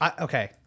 Okay